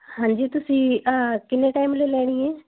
ਹਾਂਜੀ ਤੁਸੀਂ ਕਿੰਨੇ ਟਾਈਮ ਲਈ ਲੈਣੀ ਹੈ